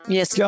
Yes